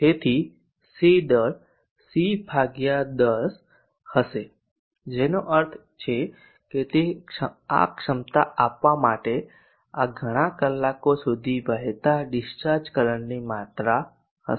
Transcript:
તેથી C દર મૂલ્ય C10 હશે જેનો અર્થ છે કે તે આ ક્ષમતા આપવા માટે આ ઘણા કલાકો સુધી વહેતા ડિસ્ચાર્જ કરંટની માત્રા હશે